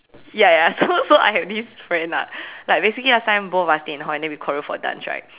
ya ya so so I had this friend ah like basically assigned both of us in hall and then we choreo for dance right